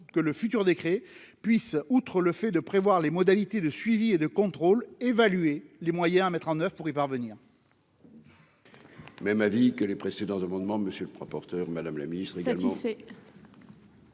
que le futur décret puisse, outre le fait de prévoir les modalités de suivi et de contrôle, évaluer les moyens à mettre en oeuvre pour y parvenir.